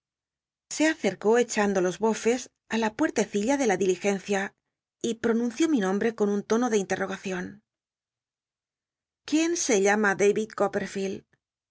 se acetcó echando los bofes i la pucttecilla de in diligencia y ptommció mi nombre con un tono de inlel'l'ogacion biblioteca nacional de españa davjd coppehf b ld quién se llama